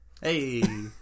hey